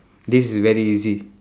this is very easy